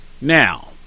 Now